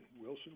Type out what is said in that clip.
Wilson